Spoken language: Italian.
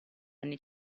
anni